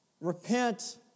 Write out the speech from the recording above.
Repent